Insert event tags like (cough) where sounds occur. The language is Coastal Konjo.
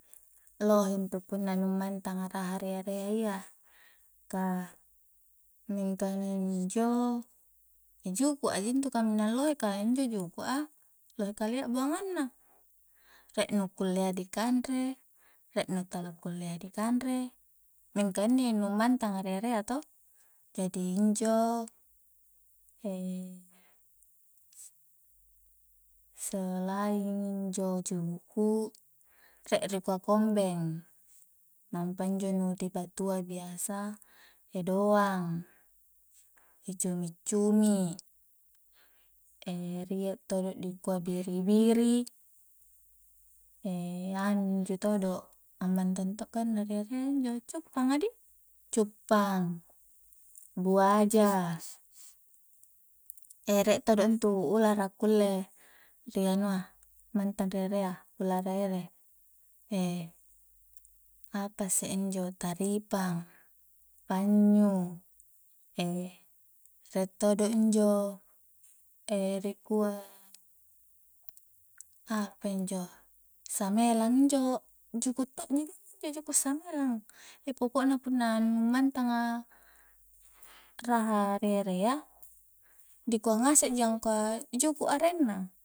Lohe intu punna nu mantang a raha ri erea iya ka mingka na injo e juku' a ji intu kaminang lohe ka injo juku'a lohe kalia buangang na rie nu kullea dikanre, rie nu tala kulle dikanre mingka inni nu mantang a ri erea to jadi injo (hesitation) selain injo juku' rie ri kua kombeng nampa injo nu dibatua biasa (hesitation) doang (hesitation) cumi-cumi (hesitation) rie todo dikua biri-biri (hesitation) anu injo todo ammantang to' ganna ri erea injo cuppanga dih, cuppang, buaja e rie todo intu ulara kulle ri anua mantang ri erea ulara ere (hesitation) apa isse injo taripang, panyyu, (hesitation) rie todo injo rikua apanjo samelang injo juku' to' ji ganna injo juku' samelang (hesitation) poko'na punna nu mantang a raha ri erea dikua ngase' ji angkua juku' arenna